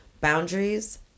Boundaries